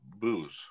booze